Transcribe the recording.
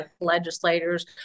legislators